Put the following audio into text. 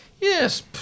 yes